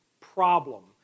problem